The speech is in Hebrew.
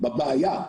בבעיה,